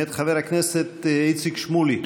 מאת חבר הכנסת איציק שמולי.